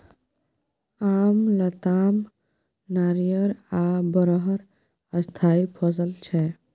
आम, लताम, नारियर आ बरहर स्थायी फसल छै